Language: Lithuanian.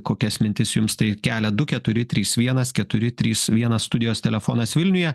kokias mintis jums tai kelia du keturi trys vienas keturi trys vienas studijos telefonas vilniuje